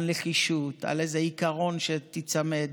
על נחישות, על איזה עיקרון שתיצמד